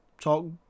talk